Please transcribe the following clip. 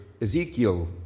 Ezekiel